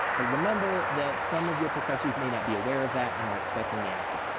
but remember that some of your professors may not be aware of that and are expecting the access